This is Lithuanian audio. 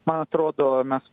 man atrodo mes